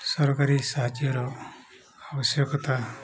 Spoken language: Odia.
ସରକାରୀ ସାହାଯ୍ୟର ଆବଶ୍ୟକତା